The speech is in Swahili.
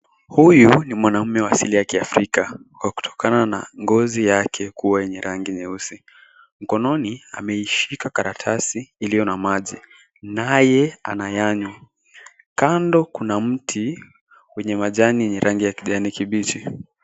Huyu ni mwanaume wa asili ya kiafrika kwa kutokana na ngozi yake kuwa wenye rangi nyeusi. Mkononi ameishika karatasi iliyo na maji naye anayanywa. Kando kuna mti wenye majani rangi ya kijani kibichi.